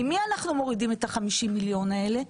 ממי אנחנו מורידי את 50 המיליון האלה?